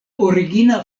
origina